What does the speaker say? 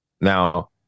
Now